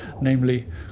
namely